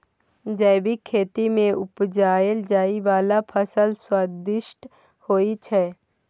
जैबिक खेती मे उपजाएल जाइ बला फसल स्वादिष्ट होइ छै